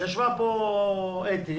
ישבה פה חוה אתי